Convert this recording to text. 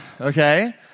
okay